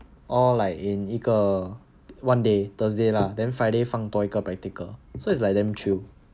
all like in 一个 one day thursday lah then friday 放多一个 practical so it's like damn chill